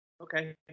okay